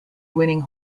winning